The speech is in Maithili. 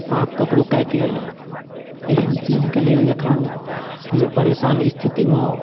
साँप ककरो काटि लेलक एहन चीजके लेल जखन केओ परेशान स्थितिमे